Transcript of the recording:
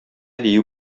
дию